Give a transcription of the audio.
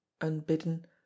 unbidden